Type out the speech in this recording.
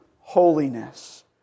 holiness